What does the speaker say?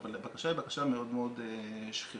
אבל הבקשה היא מאוד מאוד שכיחה.